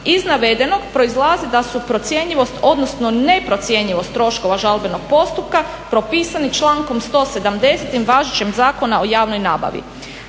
Iz navedenog proizlazi da su procjenjivost odnosno neprocjenjivost troškova žalbenog postupka propisani člankom 170.važećg Zakona o javnoj nabavi.